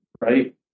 right